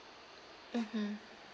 mmhmm